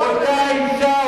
אותה אשה,